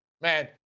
Man